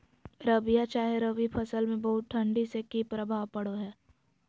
रबिया चाहे रवि फसल में बहुत ठंडी से की प्रभाव पड़ो है?